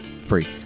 Free